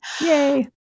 Yay